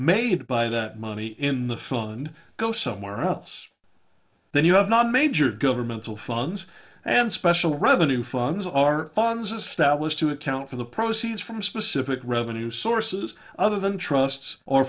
made by that money in the fund go somewhere else then you have non major governmental funds and special revenue funds are funds established to account for the proceeds from specific revenue sources other than trusts or